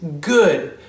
good